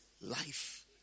life